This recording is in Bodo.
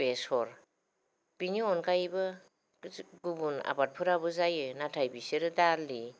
बेसर बेनि अनगायैबो गुबुन आफादफोराबो जायो नाथाय बेसोरो दालि